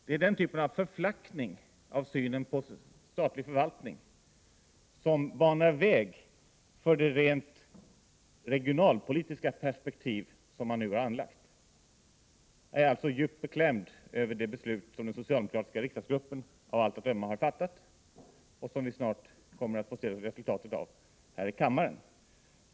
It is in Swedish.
Det är den typen av förflackning i synen på statlig förvaltning som banar väg för det rent regionalpolitiska perspektiv som man nu har antagit. Jag är alltså djupt beklämd över det beslut som den socialdemokratiska riksdagsgruppen av allt att döma har fattat och som vi snart kommer att få se resultatet av här i kammaren.